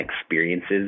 experiences